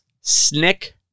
Snick